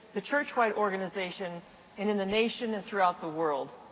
the churchwide organization, and in the nation and throughout the world.